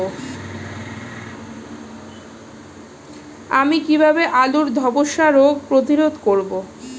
আমি কিভাবে আলুর ধ্বসা রোগ প্রতিরোধ করব?